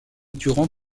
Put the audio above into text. durant